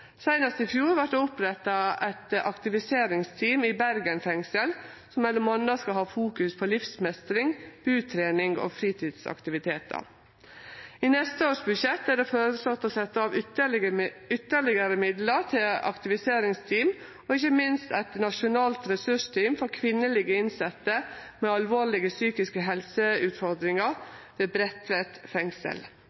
Seinast i fjor vart det oppretta eit aktiviseringsteam i Bergen fengsel, som m.a. skal ha fokus på livsmestring, butrening og fritidsaktivitetar. I neste års budsjett er det føreslått å setje av ytterlegare midlar til aktiviseringsteam, og ikkje minst til eit nasjonalt ressursteam for kvinnelege innsette med alvorlege psykiske helseutfordringar